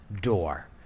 door